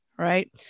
Right